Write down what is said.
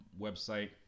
website